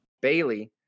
Bailey